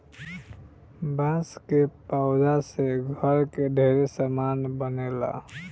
बांस के पौधा से घर के ढेरे सामान बनेला